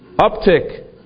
uptick